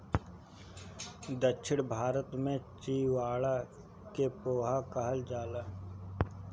दक्षिण भारत में चिवड़ा के पोहा कहल जाला